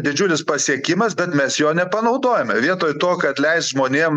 didžiulis pasiekimas bet mes jo nepanaudojame vietoj to kad leist žmonėm